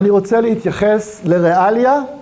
אני רוצה להתייחס לריאליה.